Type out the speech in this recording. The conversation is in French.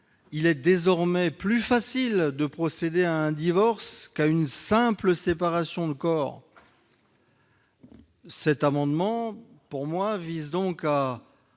il est désormais plus facile de procéder à un divorce qu'à une simple séparation de corps. Cet amendement vise donc,